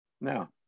Now